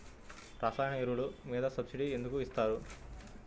రసాయన ఎరువులు మీద సబ్సిడీ ఎందుకు ఇస్తారు?